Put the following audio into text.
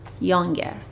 younger